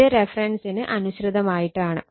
ഇത് റഫറൻസിന് അനുസൃതമായിട്ടാണ്